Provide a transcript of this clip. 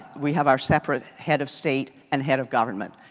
we have our separate head of state and head of government.